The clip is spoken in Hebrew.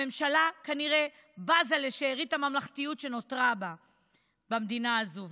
הממשלה כנראה בזה לשארית הממלכתיות שנותרה במדינה הזאת,